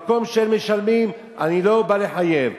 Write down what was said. במקום שאין משלמים אני לא בא לחייב.